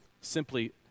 simply